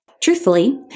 truthfully